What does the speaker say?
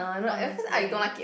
honestly